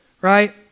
right